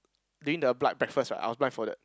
during the blood breakfast right I applied for that